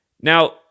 Now